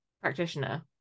Practitioner